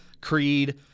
creed